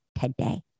today